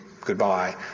goodbye